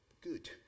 Good